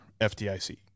FDIC